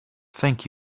thank